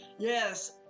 Yes